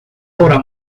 obra